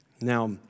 Now